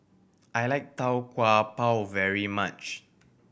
I like Tau Kwa Pau very much